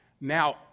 now